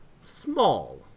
Small